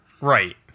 Right